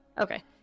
Okay